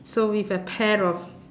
so with a pair of